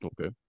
Okay